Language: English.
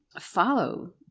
follow